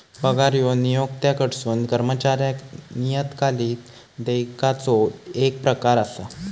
पगार ह्यो नियोक्त्याकडसून कर्मचाऱ्याक नियतकालिक देयकाचो येक प्रकार असा